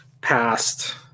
passed